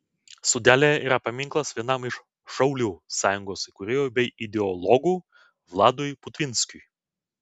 sodelyje yra paminklas vienam iš šaulių sąjungos įkūrėjų bei ideologų vladui putvinskiui